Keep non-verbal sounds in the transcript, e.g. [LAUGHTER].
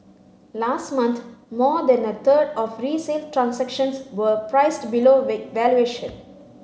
last month more than a third of resale transactions were priced below [UNINTELLIGIBLE] valuation